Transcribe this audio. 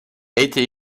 été